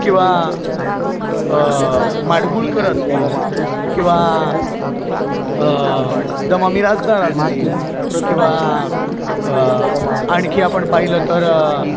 किंवा माडगूळकर असतील किंवा द मा मिरासदार असतील किंवा आणखी आपण पाहिलं तर